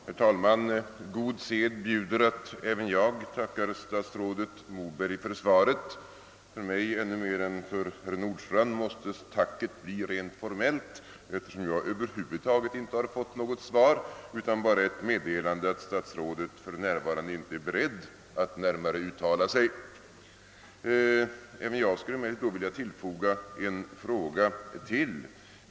Herr talman! God sed bjuder att även jag tackar statsrådet Moberg för svaret. För mig ännu mer än för herr Nordstrandh måste tacket bli rent formellt, eftersom jag över huvud taget inte har fått något svar utan bara ett meddelande, att statsrådet för närvarande inte är beredd att närmare uttala sig. Även jag skulle vilja tillfoga en fråga.